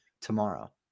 tomorrow